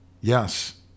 Yes